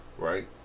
right